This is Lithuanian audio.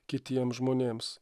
kitiems žmonėms